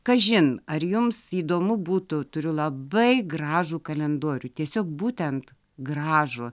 kažin ar jums įdomu būtų turiu labai gražų kalendorių tiesiog būtent gražų